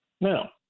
Now